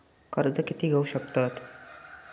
कर्ज कीती घेऊ शकतत?